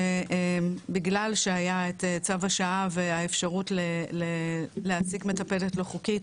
בגלל שהיה את צו השעה והאפשרות להעסיק מטפלת לא חוקית,